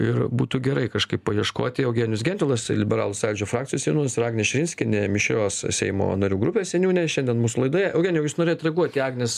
ir būtų gerai kažkaip paieškoti eugenijus gentvilas liberalų sąjūdžio frakcijos seniūnas ir agnė širinskienė mišrios seimo narių grupės seniūnė šiandien mūsų laidoje eugenijau jūs norėjot reaguot į agnės